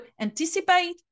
anticipate